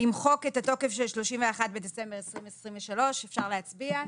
למחוק את התוקף של "31 בדצמבר 2023". אפשר להצביע.